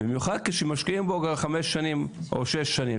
במיוחד כשמשקיעים בו חמש או שש שנים,